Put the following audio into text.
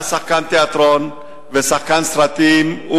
היה שחקן תיאטרון ושחקן סרטים.